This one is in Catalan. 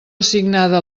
assignada